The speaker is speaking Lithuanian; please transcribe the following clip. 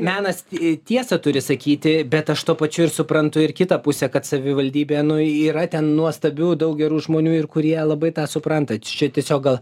menas ir tiesa turi sakyti bet aš tuo pačiu ir suprantu ir kitą pusę kad savivaldybė nuyra ten nuostabių daug gerų žmonių ir kurie labai tą supranta čia tiesiog gal